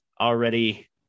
already